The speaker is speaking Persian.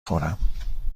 خورم